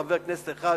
חבר כנסת אחד,